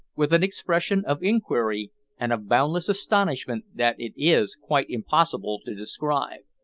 with an expression of inquiry and of boundless astonishment that it is quite impossible to describe.